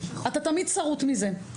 אתה תמיד שרוט מזה.